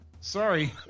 Sorry